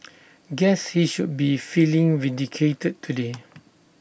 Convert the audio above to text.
guess he should be feeling vindicated today